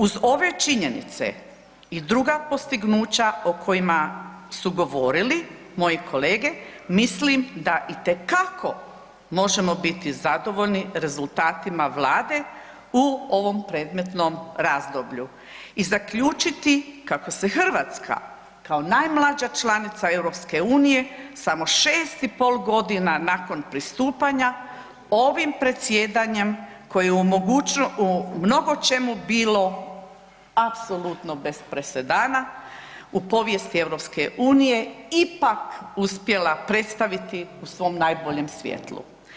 Uz ove činjenice i druga postignuća o kojima su govorili moji kolege mislim da itekako možemo biti zadovoljni rezultatima Vlade u ovom predmetnom razdoblju i zaključiti kako se Hrvatska kao najmlađa članica EU samo 6 i pol godina nakon pristupanja ovim predsjedanjem koje je u mnogo čemu bilo apsolutno bez presedana u povijesti EU ipak uspjela predstaviti u svom najboljem svjetlu.